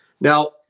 Now